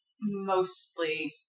mostly